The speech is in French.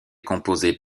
composés